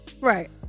Right